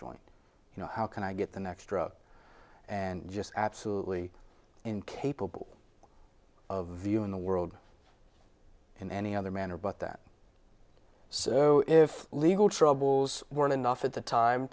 joint you know how can i get the next drug and just absolutely incapable of viewing the world in any other manner but that so if legal troubles weren't enough at the time